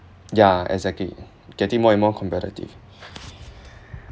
yeah exactly getting more and more competitive